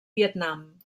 vietnam